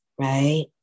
right